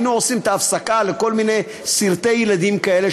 היינו עושים את ההפסקה לכל מיני סרטי ילדים כאלה,